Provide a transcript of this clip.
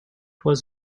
was